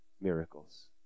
miracles